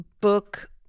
book